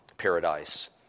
paradise